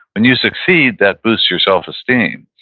when you succeed, that boosts your self-esteem,